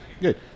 Good